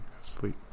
sleep